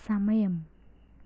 సమయం